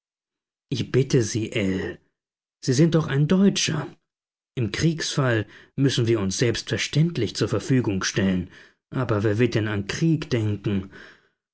ich bitte sie ell sie sind doch ein deutscher im kriegsfall müssen wir uns selbstverständlich zur verfügung stellen aber wer wird denn an krieg denken